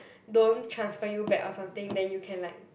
don't transfer you back or something then you can like